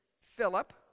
Philip